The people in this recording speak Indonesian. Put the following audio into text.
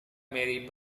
mary